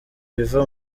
biva